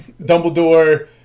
Dumbledore